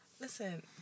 Listen